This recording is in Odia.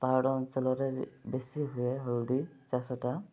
ପାହାଡ଼ ଅଞ୍ଚଳରେ ବେଶୀ ହୁଏ ହଳଦୀ ଚାଷଟା